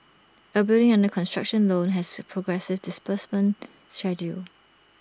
A building under construction loan has progressive disbursement schedule